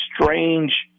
strange